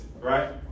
right